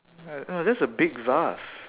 mm that's a big vase